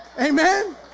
Amen